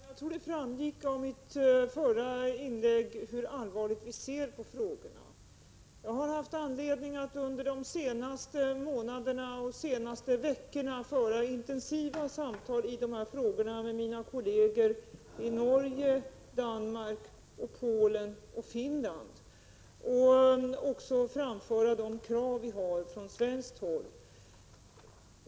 Fru talman! Det torde ha framgått av mitt förra inlägg hur allvarligt regeringen ser på dessa frågor. Jag har haft anledning att under de senaste månaderna och veckorna föra intensiva samtal med mina kolleger i Norge, Danmark, Polen och Finland, och jag har då framfört de svenska kraven.